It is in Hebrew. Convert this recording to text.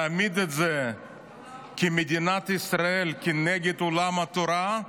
להעמיד את זה כאילו זה מדינת ישראל נגד עולם התורה,